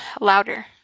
louder